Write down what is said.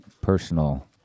personal